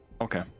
Okay